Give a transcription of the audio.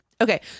Okay